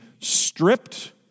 stripped